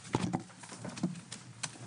13:40.